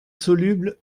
soluble